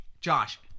Josh